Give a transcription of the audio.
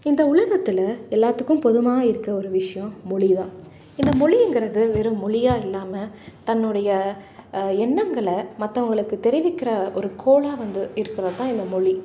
இந்த உலகத்தில் எல்லாத்துக்கும் பொதுவா இருக்க ஒரு விஷயம் மொழிதான் இந்த மொழிங்கிறது வெறும் மொழியா இல்லாமல் தன்னுடைய எண்ணங்களை மற்றவுங்களுக்கு தெரிவிக்கிற ஒரு கோளாக வந்து இருக்கிறதுதான் இந்த மொழி